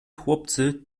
chłopcy